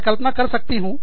मैं कल्पना कर सकती हूँ